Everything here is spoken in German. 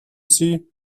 sie